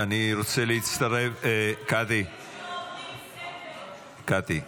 אני רוצה להצטרף ------ סבל קשה --- קטי --- אסור,